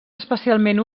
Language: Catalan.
especialment